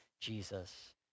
Jesus